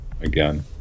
again